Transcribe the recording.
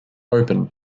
open